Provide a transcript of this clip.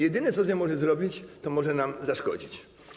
Jedyne, co z nią może zrobić, to może nam zaszkodzić.